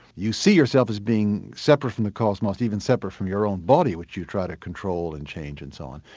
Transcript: you see yourself as being separate from the cosmos, even separate from your own body which you try to control and change and so on.